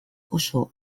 oso